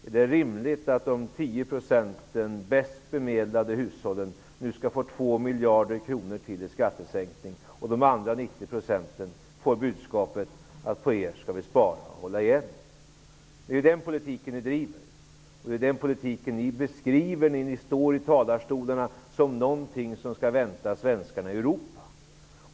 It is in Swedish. Är det rimligt att de 10 % av hushållen som är bäst bemedlade nu skall få 2 miljarder till i skattesänkning och resterande 90 % får budskapet att de skall spara och hålla igen? Det är ju den politiken ni driver. Det är den politiken ni beskriver när ni står i talarstolarna och talar om vad som väntar svenskarna i Europa.